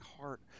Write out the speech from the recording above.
heart